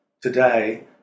today